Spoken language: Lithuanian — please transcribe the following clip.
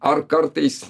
ar kartais